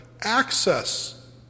access